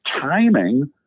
timing